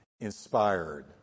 inspired